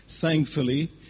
thankfully